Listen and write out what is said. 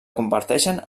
converteixen